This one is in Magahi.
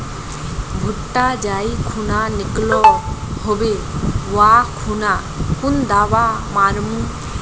भुट्टा जाई खुना निकलो होबे वा खुना कुन दावा मार्मु?